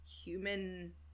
human